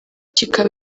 kikaba